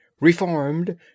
Reformed